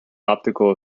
optical